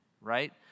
right